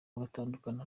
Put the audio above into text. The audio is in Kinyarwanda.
bagatandukana